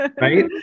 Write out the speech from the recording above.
right